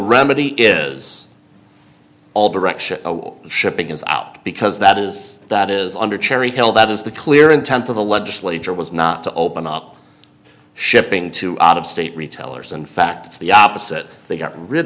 remedy is all direction shipping is out because that is that is under cherry hill that is the clear intent of the legislature was not to open up shipping two out of state retailers in fact it's the opposite they got rid